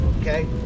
okay